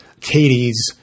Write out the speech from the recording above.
Katie's